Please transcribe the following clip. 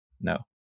No